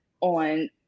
on